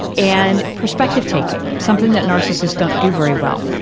and perspective-taking, something that narcissists don't do very well,